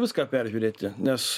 viską peržiūrėti nes